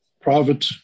private